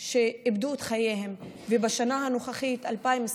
שאיבדו את חייהם, ובשנה הנוכחית, 2021,